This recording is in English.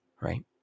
right